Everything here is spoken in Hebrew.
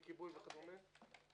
לכיבוי וכדומה.